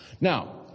Now